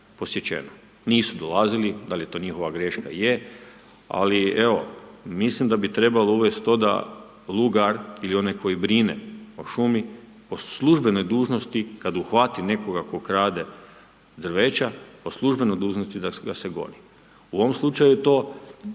posjećeno. Nisu dolazili. Da li je to njihova greška? Je. Ali evo mislim da bi trebalo uvesti to da lugar ili onaj koji brine o šumi po službenoj dužnosti kada uhvati nekoga koji krade drveća po službenoj dužnosti da ga se goni. U ovom slučaju to